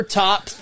top